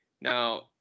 Now